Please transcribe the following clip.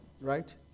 Right